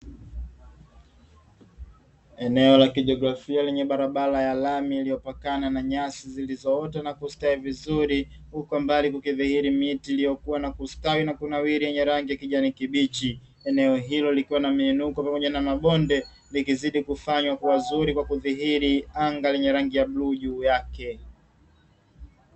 Eneo la kijiografia lenye barabara ya lami iliyopakana na nyasi zilizoota na kustawi vizuri, huko mbali kukidhihiri miti iliyokua na kustawi yenye rangi ya kijani kibichi. Eneo hilo likiwa na miinuko ya pamoja na mabonde likizidi kufanywa kuwa zuri kwa kudhihiri anga lenye rangi ya bluu juu yake.